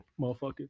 Motherfucker